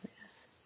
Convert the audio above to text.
yes